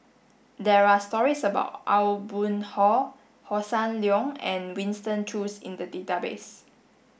there are stories about Aw Boon Haw Hossan Leong and Winston Choos in the database